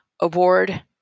Award